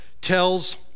tells